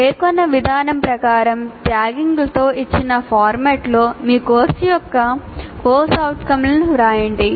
పేర్కొన్న విధానం ప్రకారం ట్యాగింగ్తో ఇచ్చిన ఫార్మాట్లో మీ కోర్సు యొక్క CO లను వ్రాయండి